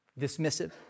dismissive